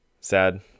sad